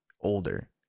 older